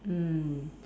mm